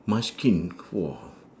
munchkin !wah!